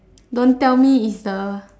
don't tell me is the